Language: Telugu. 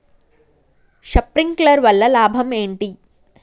శప్రింక్లర్ వల్ల లాభం ఏంటి?